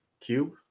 Cube